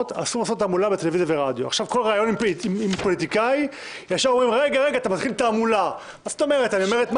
לכן, אם כל סיעות הבית יסכימו לתאריך, מה